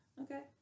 Okay